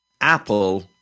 Apple